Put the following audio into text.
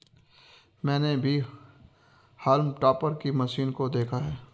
मैंने भी haulm topper की मशीन को देखा है